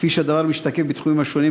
כפי שהדבר משתקף בתחומים השונים,